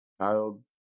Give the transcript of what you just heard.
child